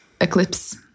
eclipse